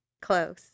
Close